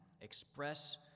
express